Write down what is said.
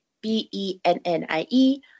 B-E-N-N-I-E